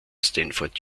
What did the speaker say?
stanford